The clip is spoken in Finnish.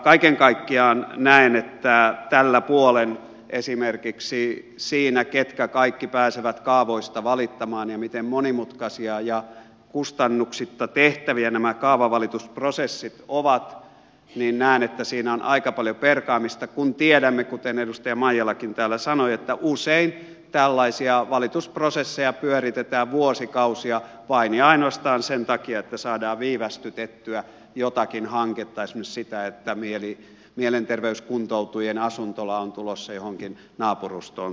kaiken kaikkiaan näen että tällä puolen esimerkiksi siinä ketkä kaikki pääsevät kaavoista valittamaan ja siinä miten monimutkaisia ja kustannuksitta tehtäviä nämä kaavavalitusprosessit ovat on aika paljon perkaamista kun tiedämme kuten edustaja maijalakin täällä sanoi että usein tällaisia valitusprosesseja pyöritetään vuosikausia vain ja ainoastaan sen takia että saadaan viivästytettyä jotakin hanketta esimerkiksi sitä että mielenterveyskuntoutujien asuntola on tulossa johonkin naapurustoon tai muuta